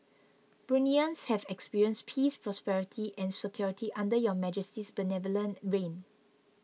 Bruneians have experienced peace prosperity and security under Your Majesty's benevolent reign